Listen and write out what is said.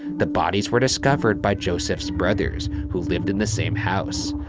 the bodies were discovered by joseph's brothers, who lived in the same house.